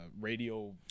radio